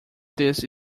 this